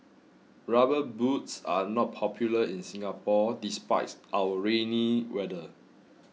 rubber boots are not popular in Singapore despite our rainy weather